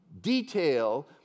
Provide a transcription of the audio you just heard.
detail